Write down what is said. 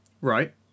Right